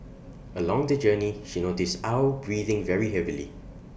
along the journey she noticed aw breathing very heavily